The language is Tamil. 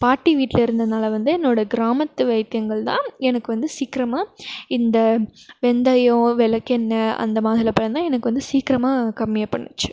பாட்டி வீட்டில் இருந்ததுனால் வந்து என்னோடய கிராமத்து வைத்தியங்கள் தான் எனக்கு வந்து சீக்கிரமாக இந்த வெந்தயம் விளக்கெண்ண அந்த மாதுளம்பழம் தான் எனக்கு வந்து சீக்கிரமாக கம்மியாக பண்ணுச்சு